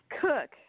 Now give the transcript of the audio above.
Cook